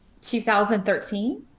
2013